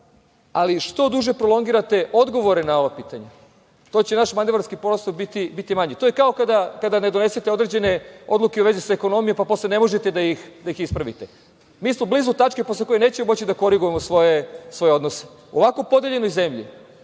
ali što duže prolongirate odgovore na ova pitanja, to će naš manevarski posao biti manji. To je kao kada ne donesete određene odluke u vezi sa ekonomijom, pa posle ne možete da ih ispravite. Mi smo blizu tačke posle koje nećemo moći da korigujemo svoje odnose. U ovakvoj podeljenoj zemlji,